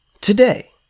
today